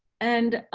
and